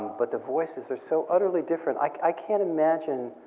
but the voices are so utterly different. i can't imagine